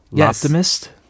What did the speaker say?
Optimist